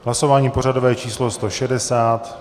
Hlasování pořadové číslo 160.